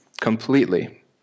completely